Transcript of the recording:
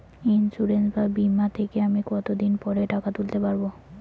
Insurance বা বিমা থেকে আমি কত দিন পরে টাকা তুলতে পারব?